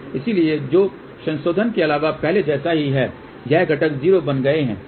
इसलिए जो संशोधन के अलावा पहले जैसा ही है ये घटक 0 बन गए हैं